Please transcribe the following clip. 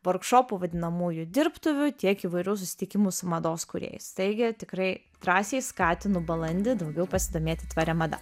vorkšopų vadinamųjų dirbtuvių tiek įvairių susitikimų su mados kūrėjais taigi tikrai drąsiai skatinu balandį daugiau pasidomėti tvaria mada